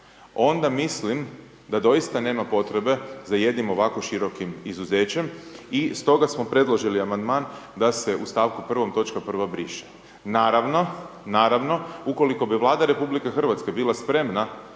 onda mislim da doista nema potrebe za jednim ovako širokim izuzećem i stoga smo predložili amandman da se u stavku 1. točka 1. briše. Naravno, naravno, ukoliko bi Vlada RH bila spremna